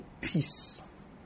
peace